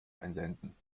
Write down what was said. einsenden